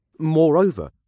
Moreover